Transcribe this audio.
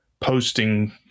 posting